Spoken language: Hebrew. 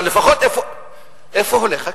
אבל לפחות, איפה הולך הכסף?